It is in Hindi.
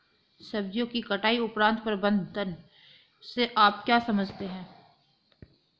सब्जियों के कटाई उपरांत प्रबंधन से आप क्या समझते हैं?